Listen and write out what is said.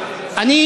הוועדה,